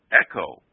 echo